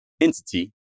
entity